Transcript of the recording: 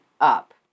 up